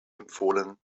empfohlen